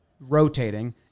rotating